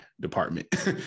department